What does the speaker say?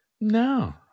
no